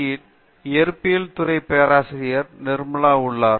யின் இயற்பியல் துறையின் பேராசிரியர் நிர்மலா உள்ளார்